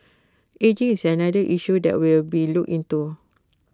ageing is another issue that will be looked into